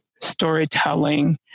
storytelling